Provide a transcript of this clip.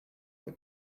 for